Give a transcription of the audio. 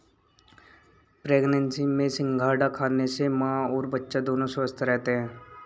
pregnancy में सिंघाड़ा खाने से मां और बच्चा दोनों स्वस्थ रहते है